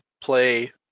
play